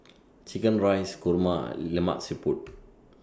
Chicken Rice Kurma and Lemak Siput